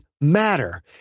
matter